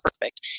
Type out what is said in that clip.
perfect